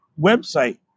website